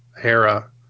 Hera